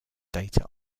data